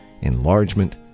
enlargement